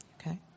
okay